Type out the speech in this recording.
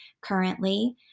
currently